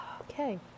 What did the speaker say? Okay